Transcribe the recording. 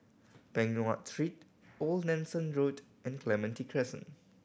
Peng Nguan Street Old Nelson Road and Clementi Crescent